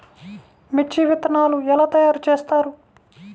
మిర్చి విత్తనాలు ఎలా తయారు చేస్తారు?